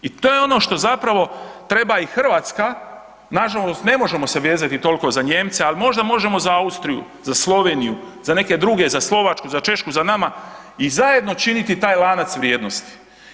I to je ono što zapravo treba i Hrvatska, nažalost ne možemo se vezati toliko za Nijemce ali možda možemo za Austriju, za Sloveniju, za neke druge, za Slovačku, za Češku, za nama i zajedno činiti taj lanac vrijednosti.